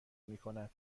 میکند